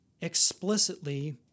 explicitly